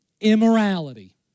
immorality